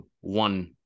one